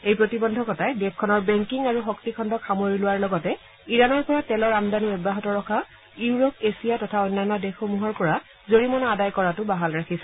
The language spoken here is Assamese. এই প্ৰতিবন্ধকতাই দেশখনৰ বেংকিং আৰু শক্তিখণ্ডক সামৰি লোৱাৰ লগতে ইৰানৰ পৰা তেলৰ আমদানি অব্যাহত ৰখা ইউৰোপ এছিয়াৰ তথা অন্যান্য দেশসমূহৰ পৰা জৰিমনা আদায় কৰাতো বাহাল ৰাখিছে